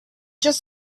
just